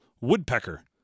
woodpecker